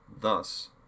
Thus